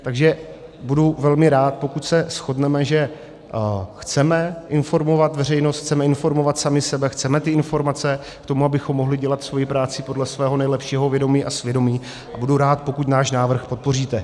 Takže budu velmi rád, pokud se shodneme, že chceme informovat veřejnost, chceme informovat sami sebe, chceme ty informace k tomu, abychom mohli dělat svoji práci podle svého nejlepšího vědomí a svědomí, a budu rád, pokud náš návrh podpoříte.